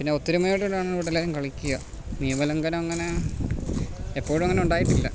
പിന്നെ ഒത്തൊരുമയോടുകൂടിയാണ് ഇവിടെല്ലാരും കളിക്കുക നിയമലംഘനം അങ്ങനെ എപ്പോഴും അങ്ങനെ ഉണ്ടായിട്ടില്ല